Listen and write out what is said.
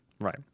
Right